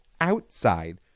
outside